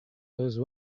those